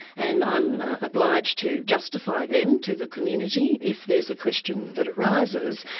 and i'm obliged to justify them to the community if there's a question that arises.